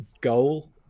goal